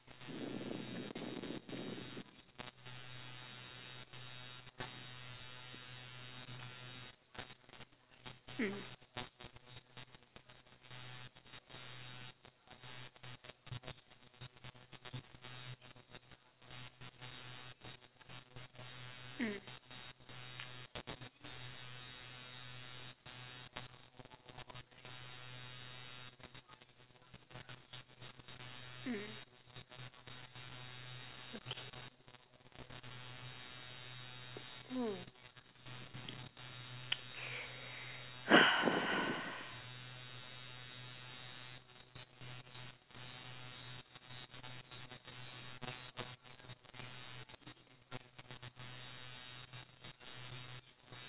mmhmm mm mm okay mm